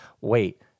Wait